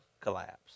collapse